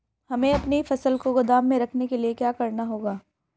हमें अपनी फसल को गोदाम में रखने के लिये क्या करना होगा?